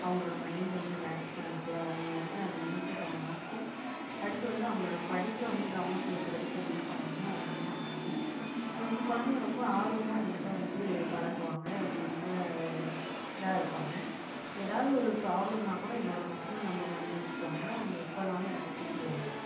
அவங்களோட மைண்ட் வந்து ரிலாக்ஸ் பண்ணிவிட்டு அவங்கள வந்து அந்த மைண்ட் செட்டை மாற்றி அடுத்து வந்து அவங்களோட படிப்பில் வந்து கவனம் செலுத்துகிறதுக்கு என்ன பண்ணணுமோ அதை வந்து நான் பண்ணுவேன் அது வந்து குழந்தைங்க ரொம்ப ஆர்வமாக எங்கிட்ட வந்து பழகுவாங்க அவங்க ரொம்ப இதாக இருப்பாங்க ஏதாவது ஒரு பிராப்ளம்னால் கூட என்னோடய பர்சனல் நம்பர் வாங்கி வச்சுக்குவாங்க அவங்க எப்போனாலும் எனக்கு கூப்பிடுவாங்க